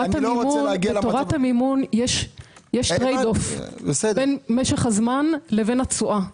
בתורת המימון יש טרייד אוף בין משך הזמן לבין התשןאה.